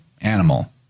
animal